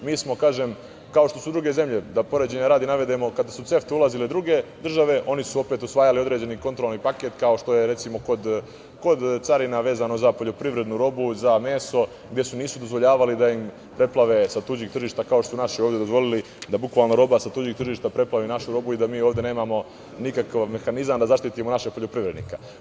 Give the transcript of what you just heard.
Kažem, mi smo, kao što su druge zemlje, poređenja radi da navedemo, kada su u CEFTA ulazile druge države, oni su opet usvajali određeni kontrolni paket kao što je, recimo, kod carina vezano za poljoprivrednu robu, za meso, gde nisu dozvoljavali da ih preplave sa tuđih tržišta, kao što su naši ovde dozvolili da bukvalno roba sa tuđih tržišta preplavi našu robu i da mi ovde nemamo nikakav mehanizam da zaštitimo našeg poljoprivrednika.